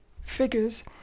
figures